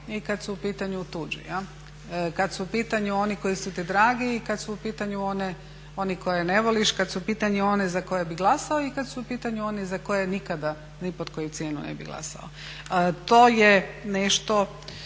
i kad su u pitanju tuđi. Kad su u pitanju oni koji su ti dragu i kad su u pitanju oni koje ne voliš, kad su u pitanju oni za koje bi glasao i kad su u pitanju oni za koje nikada ni pod koju cijenu ne bi glasao. To je nešto